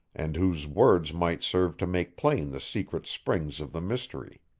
and whose words might serve to make plain the secret springs of the mystery.